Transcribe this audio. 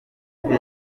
umugi